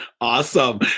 Awesome